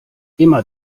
immer